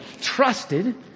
trusted